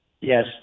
Yes